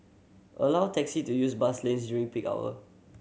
allow taxi to use bus lanes during peak hour